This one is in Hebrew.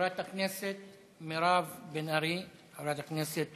חברת הכנסת מירב בן ארי, חברת הכנסת